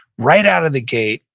right out of the gate,